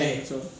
continue